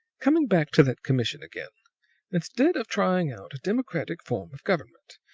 coming back to that commission again instead of trying out a democratic form of government,